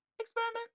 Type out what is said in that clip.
experiment